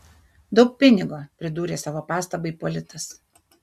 daug pinigo pridūrė savo pastabą ipolitas